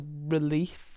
relief